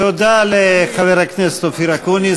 תודה לחבר הכנסת אופיר אקוניס.